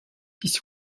this